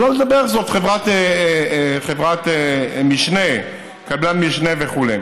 שלא לדבר שזאת חברת משנה, קבלן משנה וכו'.